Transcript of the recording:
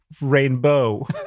rainbow